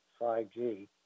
5G